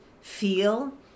feel